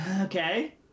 Okay